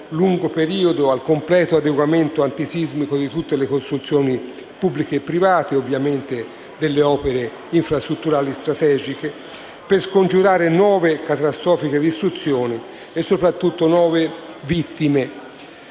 per scongiurare nuove catastrofiche distruzioni e soprattutto nuove vittime.